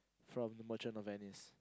from the Merchant of Venice